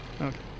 Okay